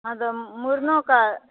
हॅं तऽ मूरनोके